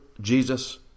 Jesus